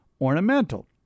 ornamental